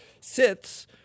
sits